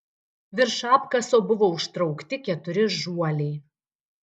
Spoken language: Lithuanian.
virš apkaso buvo užtraukti keturi žuoliai